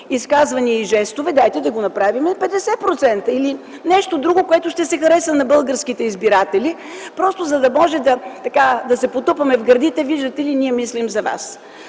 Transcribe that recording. изказвания и жестове, дайте да го направим 50%! Или нещо друго, което ще се хареса на българските избиратели, просто за да може да се потупаме в гърдите – виждате ли, ние мислим за вас.